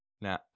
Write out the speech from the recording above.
Now